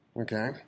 Okay